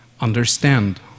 understand